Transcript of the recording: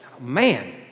Man